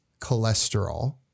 cholesterol